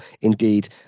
indeed